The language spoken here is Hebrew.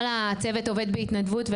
כל הצוות עובד בהתנדבות,